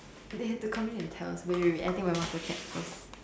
they have to come in and tell us wait wait wait I take marker cap first